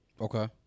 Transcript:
Okay